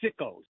sickos